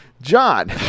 John